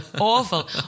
Awful